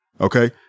Okay